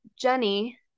Jenny